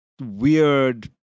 weird